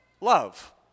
love